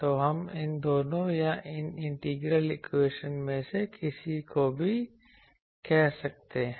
तो हम इन दोनों या इन इंटीग्रल इक्वेशन में से किसी को भी कह सकते हैं